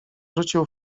rzucił